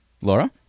Laura